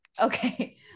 Okay